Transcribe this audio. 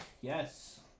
Yes